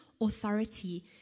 authority